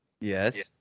Yes